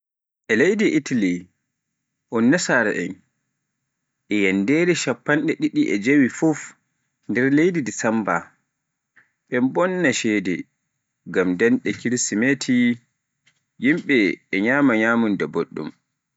e leydi Italy un nasaraa en yanndere shappanɗe ɗiɗi e jeewi fuf nder lewru desemba, be bonna cede ngam dande kirsimeti, yimbe e nyama nyamunda boɗɗum